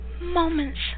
moments